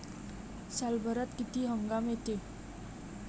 सालभरात किती हंगाम येते?